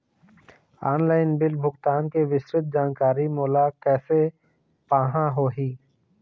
Online bill भुगतान के विस्तृत जानकारी मोला कैसे पाहां होही?